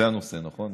זה הנושא, נכון?